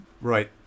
Right